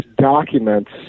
documents